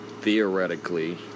theoretically